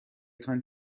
تان